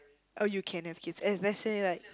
oh you can have kids as let's say like